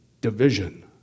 division